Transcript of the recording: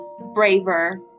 braver